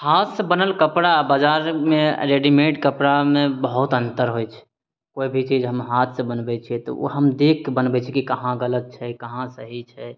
हाथ सँ बनल कपड़ा आ बाजारमे रेडिमेड कपड़ामे बहुत अन्तर होइ छै कोइ भी चीज हम हाथ सँ बनबै छियै तऽ ओ हम देख कऽ बनबै छियै की कहाँ गलत छै कहाँ सही छै